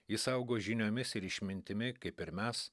jis augo žiniomis ir išmintimi kaip ir mes